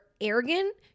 arrogant